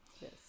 Yes